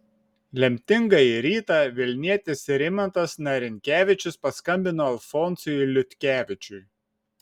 lemtingąjį rytą vilnietis rimantas narinkevičius paskambino alfonsui liutkevičiui